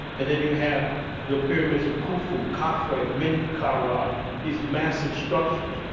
and then, you have the pyramids of khufu, khafre, ah menkaura. these massive structures.